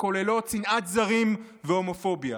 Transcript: הכוללות שנאת זרים והומופוביה.